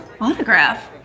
Autograph